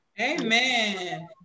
Amen